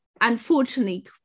unfortunately